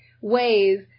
Ways